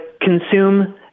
consume